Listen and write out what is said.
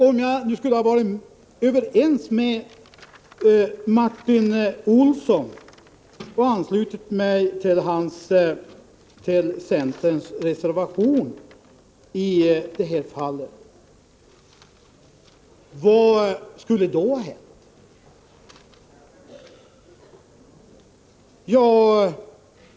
Om jag skulle ha varit överens med Martin Olsson och anslutit mig till centerns reservation, vad skulle då ha hänt?